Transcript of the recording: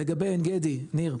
לגבי עין גדי, ניר,